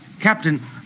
Captain